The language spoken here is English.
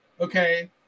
okay